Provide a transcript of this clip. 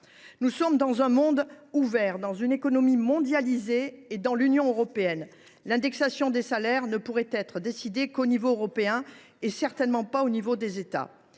Nous vivons dans un monde ouvert, dans une économie mondialisée et dans l’Union européenne. L’indexation des salaires ne pourrait être décidée qu’à l’échelon européen, certainement pas à celui des États.